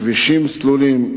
כבישים סלולים,